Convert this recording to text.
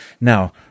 Now